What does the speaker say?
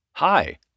Hi